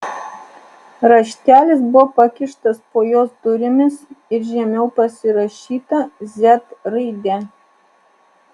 raštelis buvo pakištas po jos durimis ir žemiau pasirašyta z raide